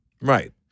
Right